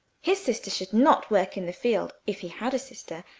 his sister should not work in the field, if he had a sister,